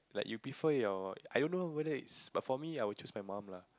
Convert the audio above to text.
like you prefer your I don't know whether it's but for me I would choose my mum lah